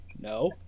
No